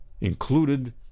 included